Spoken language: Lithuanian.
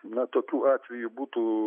na tokių atvejų būtų